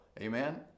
amen